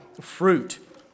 fruit